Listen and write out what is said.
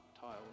tiles